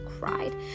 cried